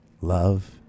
love